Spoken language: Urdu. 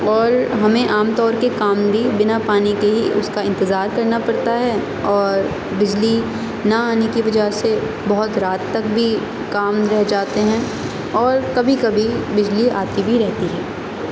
اور ہمیں عام طور کے کام بھی بنا پانی کے ہی اس کا انتظار کرنا پڑتا ہے اور بجلی نہ آنے کی وجہ سے بہت رات تک بھی کام رہ جاتے ہیں اور کبھی کبھی بجلی آتی بھی رہتی ہے